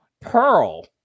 Pearl